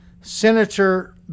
Senator